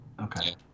Okay